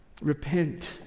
Repent